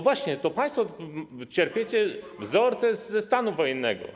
Właśnie, to państwo czerpiecie wzorce ze stanu wojennego.